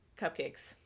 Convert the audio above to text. cupcakes